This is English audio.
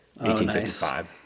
1855